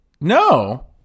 No